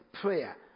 prayer